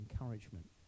encouragement